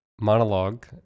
monologue